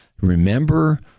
remember